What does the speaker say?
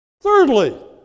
Thirdly